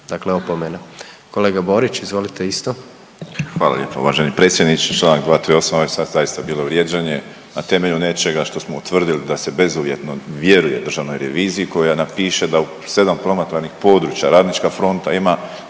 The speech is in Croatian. dakle opomena. Kolega Borić izvolite isto. **Borić, Josip (HDZ)** Hvala lijepo uvaženi predsjedniče, čl. 238., ovo je sad zaista bilo vrijeđanje na temelju nečega što smo utvrdili da se bezuvjetno vjeruje državnoj reviziji koja napiše da u 7 promatranih područja Radnička fronta ima